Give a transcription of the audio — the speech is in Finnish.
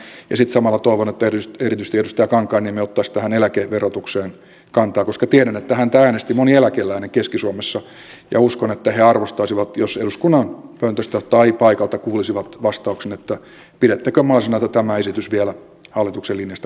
ja sitten samalla toivon että erityisesti edustaja kankaanniemi ottaisi tähän eläkeverotukseen kantaa koska tiedän että häntä äänesti moni eläkeläinen keski suomessa ja uskon että he arvostaisivat jos eduskunnan pöntöstä tai paikalta kuulisivat vastauksen että pidättekö mahdollisena että tämä esitys vielä hallituksen linjasta korjattaisiin